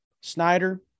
Snyder